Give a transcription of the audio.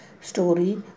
story